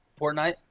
Fortnite